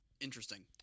Interesting